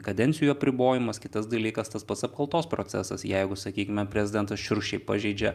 kadencijų apribojimas kitas dalykas tas pats apkaltos procesas jeigu sakykime prezidentas šiurkščiai pažeidžia